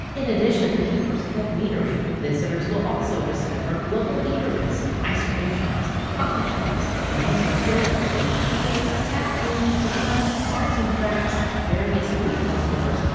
in addition to keeper's cut meadery, visitors will also discover local eateries, ice cream shops, coffee shops, a music store, movie theater, theater, tap room, donuts, arts and crafts, various retail stores,